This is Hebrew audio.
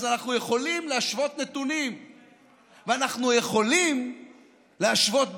אז אנחנו יכולים להשוות נתונים ואנחנו יכולים להשוות ביצועים.